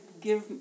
give